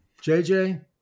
JJ